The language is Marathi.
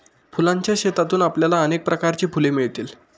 फुलांच्या शेतातून आपल्याला अनेक प्रकारची फुले मिळतील